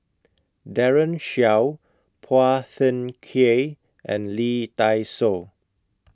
Daren Shiau Phua Thin Kiay and Lee Dai Soh